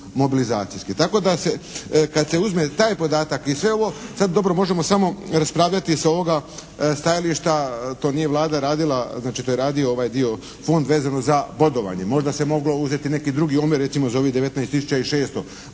Tako da se kad se uzme taj podatak i sve ovo sad dobro možemo samo raspravljati sa ovoga stajališta. To nije Vlada radila, znači do je radio ovaj dio fond vezano za bodovanje. Možda se moglo uzeti neki drugi omjer recimo za ovih 19600,